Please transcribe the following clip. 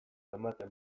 ematen